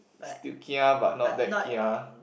still kia but not that kia